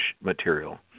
material